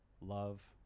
love